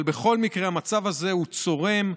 אבל בכל מקרה המצב הזה צורם,